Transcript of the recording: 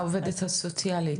העובדת הסוציאלית?